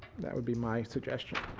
that would be my suggestion.